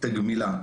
את הגמילה.